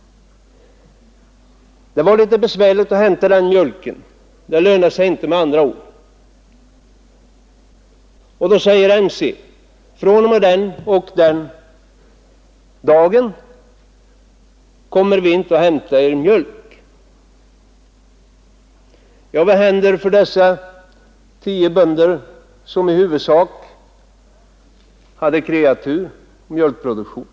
Det var litet besvärligt att hämta deras mjölk. Med andra ord, det lönade sig inte. Då sade MC: fr.o.m. den och den dagen kommer vi inte och hämtar er mjölk. Vad hände för dessa tio bönder som i huvudsak hade kreatur och mjölkproduktion?